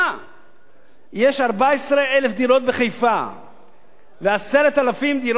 יש 14,000 דירות בחיפה ו-10,000 דירות ריקות בירושלים.